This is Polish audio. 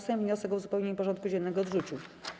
Sejm wniosek o uzupełnienie porządku dziennego odrzucił.